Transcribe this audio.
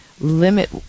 limit